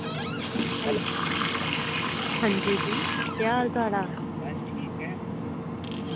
hello अंजी जी केह् हाल चाल ऐ